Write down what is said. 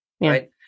right